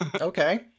Okay